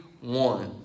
one